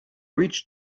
reached